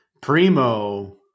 primo